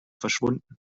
verschwunden